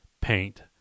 paint